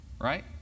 right